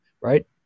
right